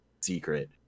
secret